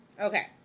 Okay